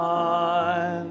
on